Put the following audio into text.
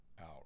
out